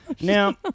Now